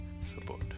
support